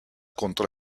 contra